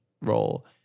role